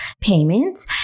payment